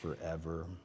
forever